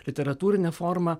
literatūrine forma